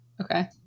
Okay